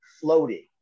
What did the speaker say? floating